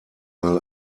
mal